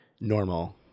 normal